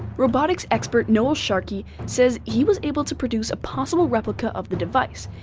robotics expert noel sharkey says he was able to produce a possible replica of the device,